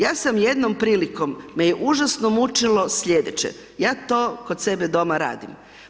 Ja sam jednom prilikom me je užasno mučilo sljedeće, ja to kod sebe doma radim.